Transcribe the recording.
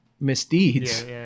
misdeeds